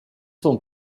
son